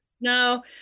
no